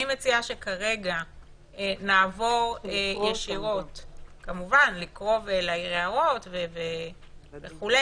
אני מציעה שכרגע נעבור ישירות לקרוא ולהעיר הערות וכו'.